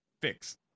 fix